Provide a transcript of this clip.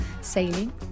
sailing